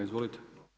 Izvolite.